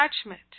Attachment